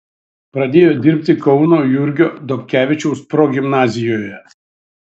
pradėjo dirbti kauno jurgio dobkevičiaus progimnazijoje